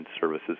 services